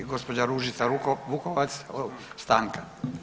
Gospođa Ružica Vukovac stanka.